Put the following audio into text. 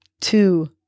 two